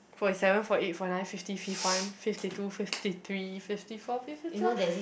forty seven forty eight forty nine fifty fif~ one fifty two fifty three fifty four fifty twelve